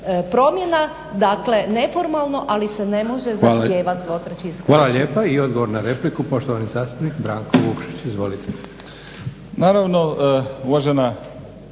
promjena, dakle neformalno ali se ne može zahtijevati